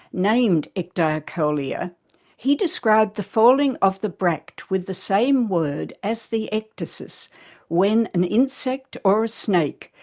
named ecdeiocolea he described the falling of the bract with the same word as the ecdysis when an insect, or a snake,